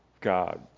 God